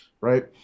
right